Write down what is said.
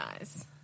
eyes